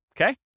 okay